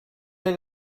est